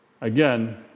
Again